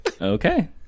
Okay